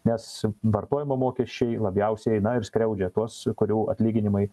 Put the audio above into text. nes vartojimo mokesčiai labiausiai na ir skriaudžia tuos kurių atlyginimai